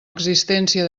existència